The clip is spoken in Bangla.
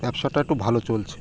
ব্যবসাটা একটু ভালো চলছে